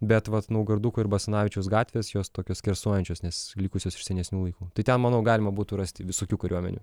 bet vat naugarduko ir basanavičiaus gatvės jos tokios skersuojančios nes likusios iš senesnių laikų tai ten manau galima būtų rasti visokių kariuomenių